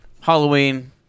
halloween